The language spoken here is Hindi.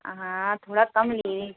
हाँ थोड़ा कम ली